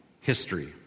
history